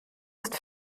ist